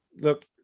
look